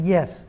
Yes